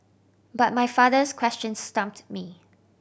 but my father's question stumped me